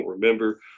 remember